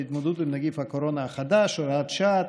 להתמודדות עם נגיף הקורונה החדש (הוראת שעה),